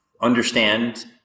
understand